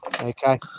Okay